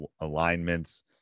alignments